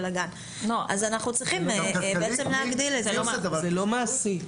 זה לא מעשי.